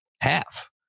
half